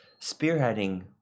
spearheading